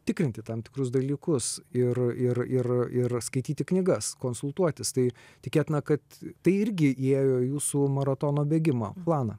tikrinti tam tikrus dalykus ir ir ir ir skaityti knygas konsultuotis tai tikėtina kad tai irgi įėjo į jūsų maratono bėgimą planą